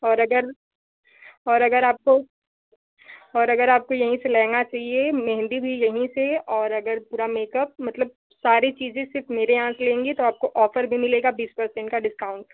और अगर और अगर आपको और अगर आपको यहीं से लेंहगा चाहिए मेहंदी भी यहीं से और अगर पूरा मेकअप मतलब सारी चीजें सिर्फ मेरे यहाँ से लेंगी तो आपको ऑफर भी मिलेगा बीस पर्सेन्ट का डिस्काउंट